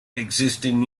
existing